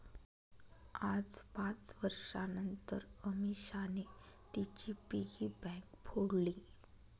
आज पाच वर्षांनतर अमीषाने तिची पिगी बँक फोडली